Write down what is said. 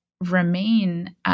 remain